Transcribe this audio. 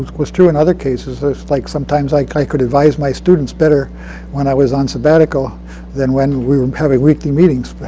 ah was true in other cases. like sometimes i could advise my students better when i was on sabbatical than when we were having weekly meetings.